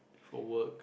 for work